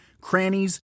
crannies